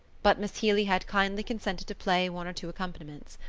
but miss healy had kindly consented to play one or two accompaniments.